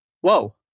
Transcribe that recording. Whoa